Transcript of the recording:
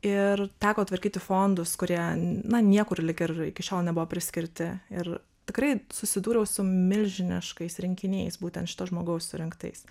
ir teko tvarkyti fondus kurie na niekur lyg ir iki šiol nebuvo priskirti ir tikrai susidūriau su milžiniškais rinkiniais būtent šito žmogaus surinktais